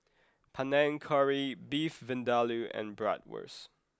Panang Curry Beef Vindaloo and Bratwurst